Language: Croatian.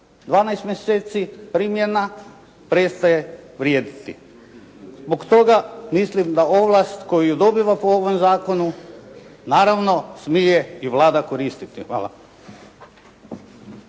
12 mjeseci primjena prestaje vrijediti. Zbog toga mislim da ovlast koju dobiva po ovom zakonu, naravno smije i Vlada koristiti. Hvala.